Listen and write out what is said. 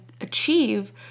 achieve